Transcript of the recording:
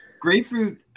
Grapefruit